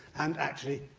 and, actually,